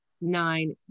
nine